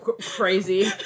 Crazy